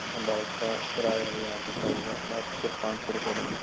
और बाइक का किराया भी आप ही का होगा मैं सिर्फ़ पाँच सौ रुपए दूँगा